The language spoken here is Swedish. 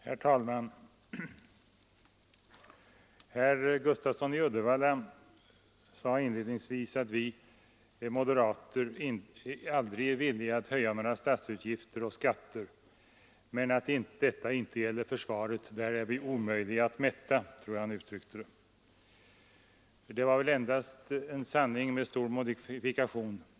Herr talman! Herr Gustafsson i Uddevalla sade inledningsvis att vi moderater aldrig är villiga att höja några statsutgifter och skatter men att detta inte gäller försvaret. Där är vi omöjliga att mätta, tror jag han uttryckte det. Detta var väl en sanning med stor modifikation.